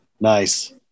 Nice